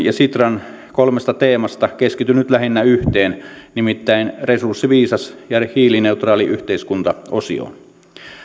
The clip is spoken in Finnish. ja sitran kolmesta teemasta keskityn nyt lähinnä yhteen nimittäin resurssiviisas ja hiilineutraali yhteiskunta osioon